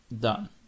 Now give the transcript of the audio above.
done